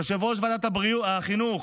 יושב-ראש ועדת החינוך,